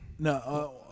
No